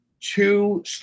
two